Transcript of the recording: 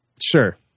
Sure